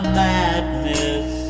madness